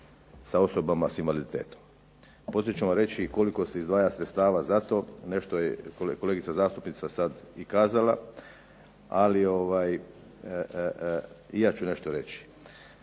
sa osobama sa invaliditetom. Poslije ću vam reći i koliko se izdvaja sredstava za to, nešto je kolegica zastupnica sad i kazala, ali i ja ću nešto reći.